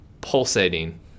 pulsating